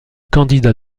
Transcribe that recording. candidat